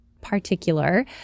particular